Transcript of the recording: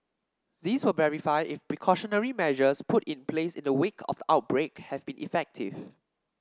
this will verify if precautionary measures put in place in the wake of the outbreak have been effective